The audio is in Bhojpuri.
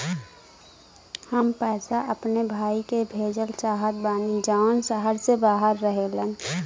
हम पैसा अपने भाई के भेजल चाहत बानी जौन शहर से बाहर रहेलन